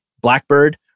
Blackbird